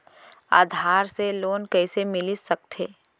आधार से लोन कइसे मिलिस सकथे?